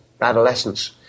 adolescence